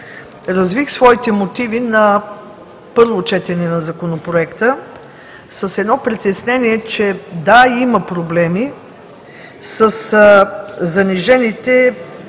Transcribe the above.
Развих своите мотиви на първо четене на Законопроекта с едно притеснение, че – да, има проблеми със занижените